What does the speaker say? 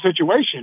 situation